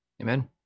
Amen